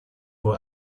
wohl